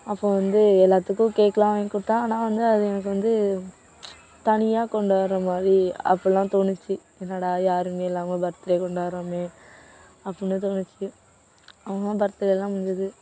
அப்புறம் வந்து எல்லாத்துக்கும் கேக்லாம் வாங்கி கொடுத்தேன் ஆனால் வந்து அது எனக்கு வந்து தனியாக கொண்டாடுற மாதிரி அப்போல்லாம் தோணுச்சு என்னடா யாரும் இல்லாமல் பர்த்டே கொண்டாடுறோமே அப்பிடின்னு தோணுச்சு அப்புறமா பர்த்டேலாம் முடிஞ்சுது